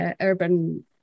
urban